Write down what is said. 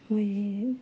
ময়েই